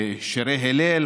ושירי הלל,